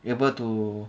able to